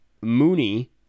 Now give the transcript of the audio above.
mooney